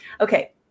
Okay